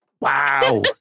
Wow